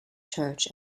church